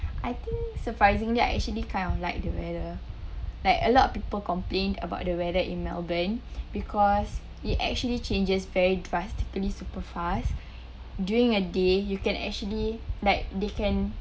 I think surprisingly I actually kind of like the weather like a lot of people complained about the weather in melbourne because it actually changes very drastically super fast during a day you can actually like they can